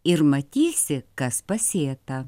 ir matysi kas pasėta